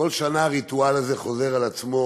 כל שנה הריטואל הזה חוזר על עצמו,